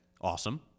Awesome